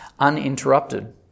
uninterrupted